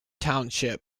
township